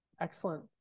Excellent